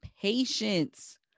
patience